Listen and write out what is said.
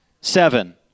Seven